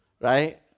right